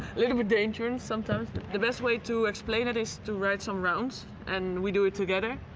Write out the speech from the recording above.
little bit dangerous sometimes. the best way to explain it is to ride some rounds and we do it together,